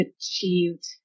achieved